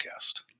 podcast